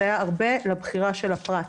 זה היה הרבה לבחירה של הפרט,